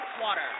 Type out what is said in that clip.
water